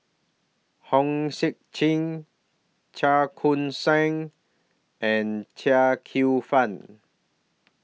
Hong Sek Chern Chua Koon Siong and Chia Kwek Fah